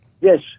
Yes